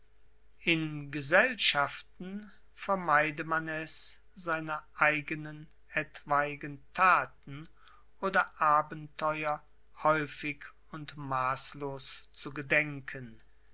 in gesellschaften vermeide man es seiner eigenen etwaigen thaten oder abenteuer häufig und maßlos zu gedenken